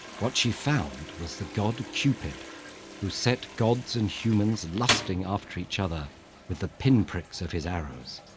what she found was the god cupid who sent gods and humans lusting after each other with the pinpricks of his arrows.